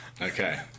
Okay